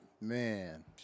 Man